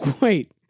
Wait